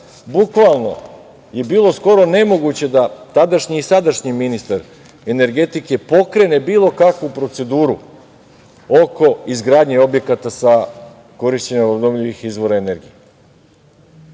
bukvalno je bilo skoro nemoguće da tadašnji sadašnji ministar energetike pokrene bilo kakvu proceduru oko izgradnje objekata za korišćenje obnovljivih izvora energije. Ne